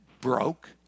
broke